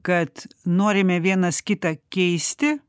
kad norime vienas kitą keisti